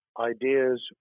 ideas